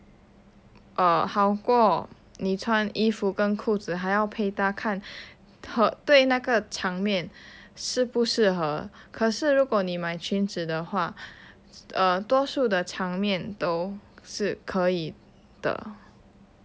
err 好过你穿衣服跟裤子还要配搭看对那个场面适不适合可是如果你买裙子的话 err 多数的场面都是可以的